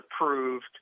approved